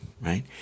right